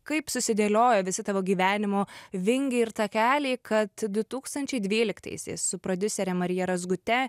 kaip susidėliojo visi tavo gyvenimo vingiai ir takeliai kad du tūkstančiai dvyliktaisiais su prodiusere marija razgute